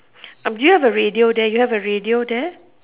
um do you have a radio there you have a radio there